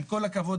עם כל הכבוד,